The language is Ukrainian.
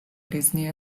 різні